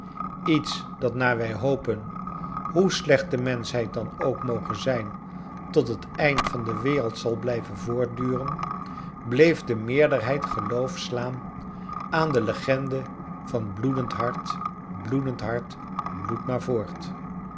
iets dat naar wij hopen hoe slecht de menschheid dan ook moge zijn tot het eind van de wereld zal blijven voortduren bleef de meerderheid geloof slaan aan de legende van bloedend hart bloedend hart bloed maar voort